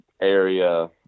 area